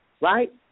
right